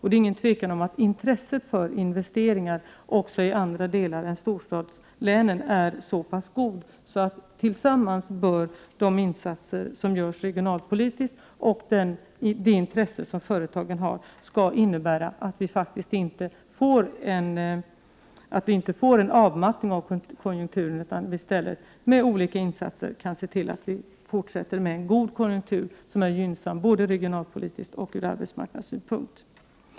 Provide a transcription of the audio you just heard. Det är inget tvivel om att intresset för investeringar också i andra delar än storstadslänen är så pass stort, att det tillsammans med de insatser som görs regionalpolitiskt kan innebära att vi inte får en avmattning av konjunkturen utan i stället med olika insatser kan se till att vi även i fortsättningen har en god konjunktur, som är gynnsam både regionalpolitiskt och från arbetsmarknadssynpunkt.